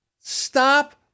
Stop